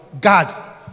God